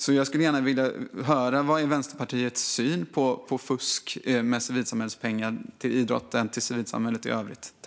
Därför skulle jag gärna vilja höra: Vad är Vänsterpartiets syn på fusk med civilsamhällets pengar - till idrotten och till civilsamhället i övrigt?